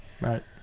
Right